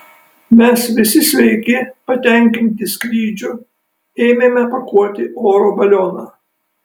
mes visi sveiki patenkinti skrydžiu ėmėme pakuoti oro balioną